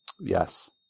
Yes